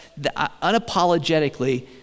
unapologetically